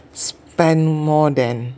spend more than